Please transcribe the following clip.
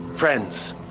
friends